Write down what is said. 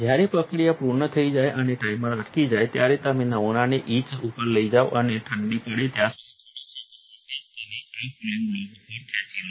જ્યારે પ્રક્રિયા પૂર્ણ થઈ જાય અને ટાઇમર અટકી જાય ત્યારે તમે નમૂનાને ઇચ ઉપર લઈ જાઓ છો અને ઠંડી પડે ત્યાં સુધી થોડીક સેકંડ માટે જ તેને આ કૂલિંગ બ્લોક ઉપર ખેંચી લો છો